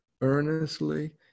Earnestly